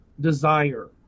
desire